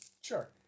Sure